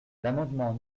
l’amendement